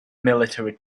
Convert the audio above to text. military